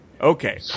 Okay